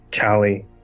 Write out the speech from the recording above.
Callie